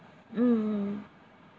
mm